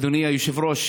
אדוני היושב-ראש,